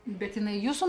bet jinai jūsų